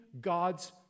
God's